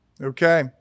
Okay